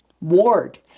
ward